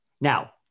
Now